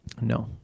No